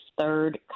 third